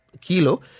Kilo